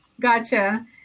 Gotcha